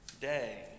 day